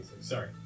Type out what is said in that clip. Sorry